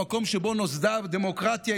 במקום שבו נוסדה הדמוקרטיה,